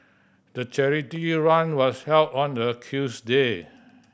the charity run was held on a Tuesday